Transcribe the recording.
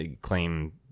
claim